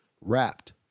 wrapped